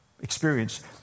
experience